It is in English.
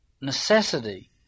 necessity